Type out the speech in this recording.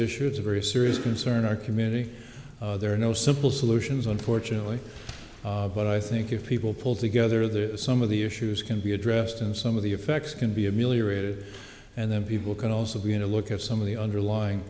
issue it's a very serious concern our community there are no simple solutions unfortunately but i think if people pull together the some of the issues can be addressed and some of the effects can be ameliorated and then people can also be in to look at some of the underlying